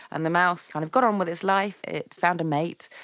and the mouse kind of got on with its life, it found a mate,